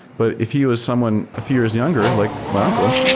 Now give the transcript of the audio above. but if you as someone a few years younger like my uncle,